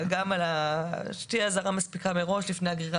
לשמור שתהיה אזהרה מספיקה מראש לפני הגרירה